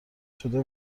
شده